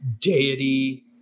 deity